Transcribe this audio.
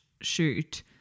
shoot